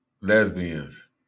Lesbians